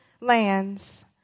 lands